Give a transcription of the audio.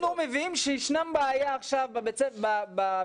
אנחנו מבינים שישנה בעיה עכשיו במסגרת